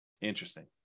Interesting